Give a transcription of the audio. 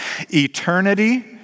Eternity